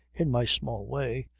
in my small way.